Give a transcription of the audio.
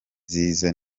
zize